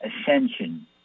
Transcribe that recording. ascension